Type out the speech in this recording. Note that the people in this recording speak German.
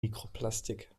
mikroplastik